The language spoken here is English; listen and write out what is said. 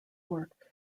work